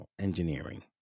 engineering